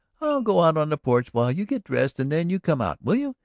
i'll go out on the porch while you get dressed and then you come out, will you?